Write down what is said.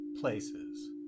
places